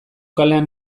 kalean